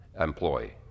employee